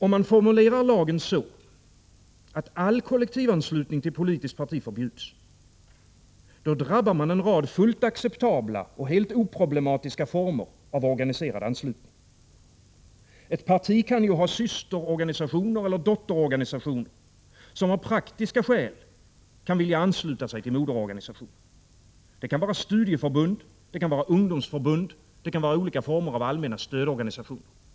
Om man formulerar lagen så att all kollektivanslutning till politiskt parti förbjuds, då drabbar man en rad fullt acceptabla och helt oproblematiska former av organiserad anslutning. Ett parti kan ju ha systereller dotterorganisationer som av praktiska skäl kan vilja ansluta sig till moderorganisationen. Det kan vara studieförbund, ungdomsförbund eller olika former av allmänna stödorganisationer.